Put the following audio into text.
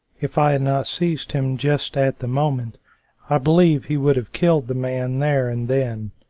if i had not seized him just at the moment i believe he would have killed the man there and then.